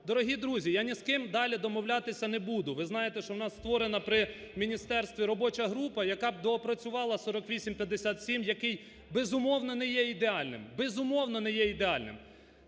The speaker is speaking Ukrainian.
Дорогі друзі! Я ні з ким далі домовлятися не буду. Ви знаєте, що у нас створена при міністерстві робоча група, яка б доопрацювала 4857, який, безумовно, не є ідеальним, безумовно, не є ідеальним.